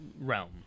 realm